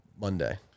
Monday